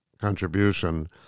contribution